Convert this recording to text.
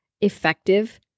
effective